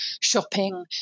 shopping